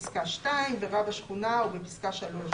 לפסקה (2) ורב שכונה לפסקה (3).